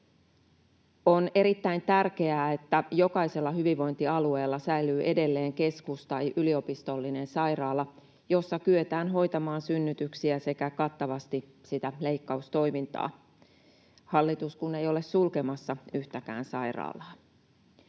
On erittäin tärkeää, että jokaisella hyvinvointialueella säilyy edelleen keskus- tai yliopistollinen sairaala, jossa kyetään hoitamaan synnytyksiä sekä kattavasti sitä leikkaustoimintaa — hallitus kun ei ole sulkemassa yhtäkään sairaalaa.